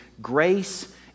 grace